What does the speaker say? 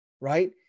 right